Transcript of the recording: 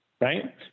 right